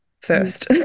first